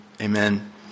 Amen